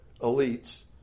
elites